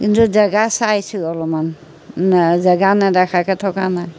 কিন্তু জেগা চাইছোঁ অলপমান জেগা নেদেখাকৈ থকা নাই